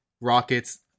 Rockets